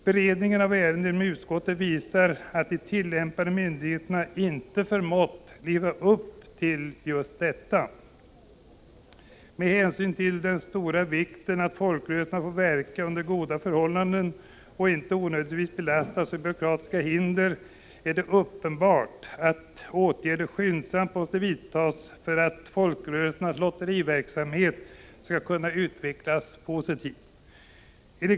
Beredningen av ärendet inom utskottet visar att de tillämpande myndigheterna inte förmått leva upp till detta. Med hänsyn till den stora vikten av att folkrörelserna får verka under goda förhållanden och inte onödigtvis belastas av byråkratiska hinder är det uppenbart att åtgärder skyndsamt måste vidtas för att folkrörelsernas lotteriverksamhet skall kunna utvecklas positivt.